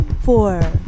four